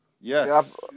Yes